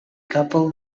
couple